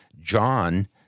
John